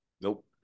Nope